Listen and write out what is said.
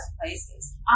places